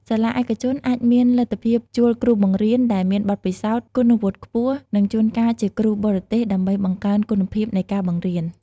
សាលាឯកជនអាចមានលទ្ធភាពជួលគ្រូបង្រៀនដែលមានបទពិសោធន៍ គុណវុឌ្ឍិខ្ពស់ និងជួនកាលជាគ្រូបរទេស ដើម្បីបង្កើនគុណភាពនៃការបង្រៀន។